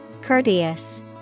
Courteous